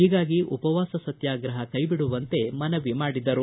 ಹಾಗಾಗಿ ಉಪವಾಸ ಸತ್ತಾಗ್ರಹ ಕೈಬಿಡುವಂತೆ ಮನವಿ ಮಾಡಿದರು